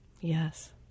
yes